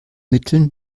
mitteln